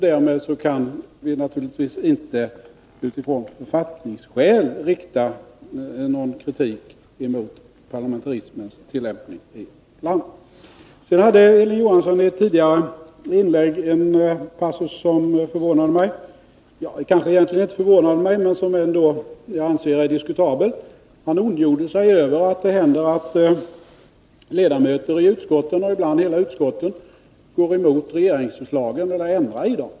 Därmed kan vi naturligtvis inte ai utifrån författningssynpunkter rikta någon kritik mot parlamentarismens tillämpning i landet. I ett tidigare inlägg av Hilding Johansson fanns en passus som kanske inte förvånade mig, men som ändå enligt min mening är diskutabel. Hilding Johansson ondgjorde sig över att det händer att några ledamöter i utskotten och ibland hela utskott går emot regeringsförslagen eller ändrar i dessa.